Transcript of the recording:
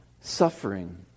Suffering